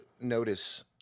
notice